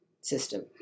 system